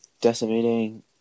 Decimating